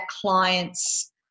clients